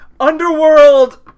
Underworld